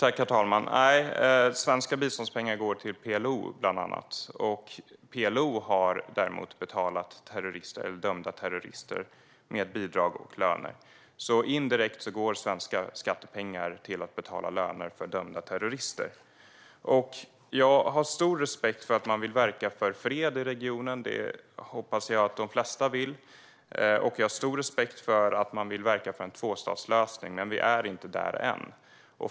Herr talman! Svenska biståndspengar går bland annat till PLO. PLO har däremot betalat dömda terrorister med bidrag och löner. Indirekt går svenska skattepengar till att betala löner för dömda terrorister. Jag har stor respekt för att man vill verka för fred i regionen. Det hoppas jag att de flesta vill. Jag har också stor respekt för att man vill verka för en tvåstatslösning. Men vi är inte där än.